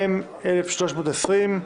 (מ/1320),